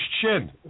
chin